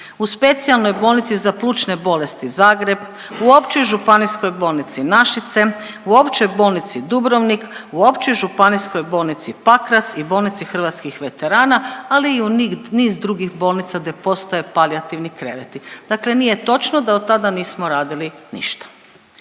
u Specijalnoj bolnici za plućne bolesti Zagreb, u Općoj županijskoj bolnici Našice, u Općoj bolnici Dubrovnik, u Općoj županijskoj bolnici Pakrac i bolnici Hrvatskih veterana, ali i u niz drugih bolnica gdje postoje palijativni kreveti, dakle nije točno da od tada nismo radili ništa.